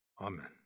amen